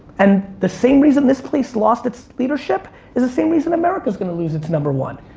and the same reason this place lost its leadership is the same reason america is gonna lose its number one.